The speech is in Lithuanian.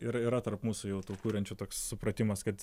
yra yra tarp mūsų jau tų kuriančių toks supratimas kad